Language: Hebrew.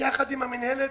יחד עם המנהלת,